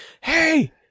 hey